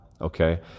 okay